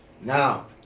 Now